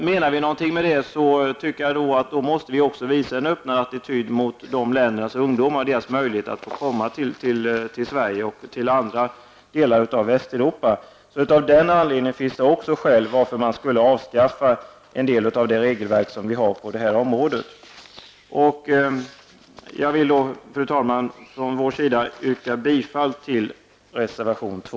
Menar vi någonting med detta, måste vi också visa en öppnare attityd mot dessa länders ungdomar och deras möjlighet att komma till Sverige och andra delar av Västeuropa. Av denna anledning finns det också skäl att avskaffa en del av det regelverk som finns på detta område. Fru talman! Jag yrkar för centerns räkning bifall till reservation 2.